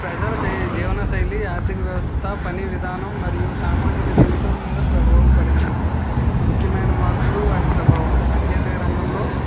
ప్రజల జీవనశైలి ఆర్థిక వ్యవస్థ పని విధానం మరియు సామాజిక జీవితం మీద ప్రభావం పడింది ముఖ్యమైన మార్పులు వాటి ప్రభావం సాంకేతిక రంగంలో